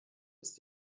ist